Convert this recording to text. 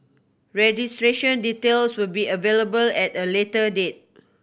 registration details will be available at a later date